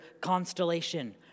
constellation